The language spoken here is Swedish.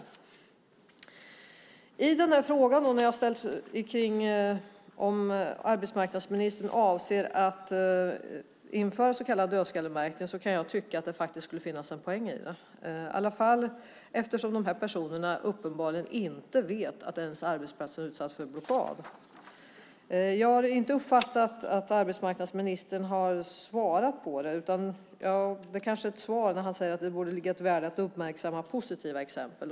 Jag tycker faktiskt att det finns en poäng med min fråga om arbetsmarknadsministern avser att införa så kallad dödskallemärkning - särskilt eftersom dessa personer uppenbarligen inte visste att arbetsplatsen hade utsatts för blockad. Jag har inte uppfattat att arbetsmarknadsministern har svarat på frågan. Det kanske var ett svar när han sade att det finns "ett värde i att uppmärksamma positiva exempel".